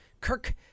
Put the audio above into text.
Kirk